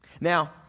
Now